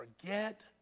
forget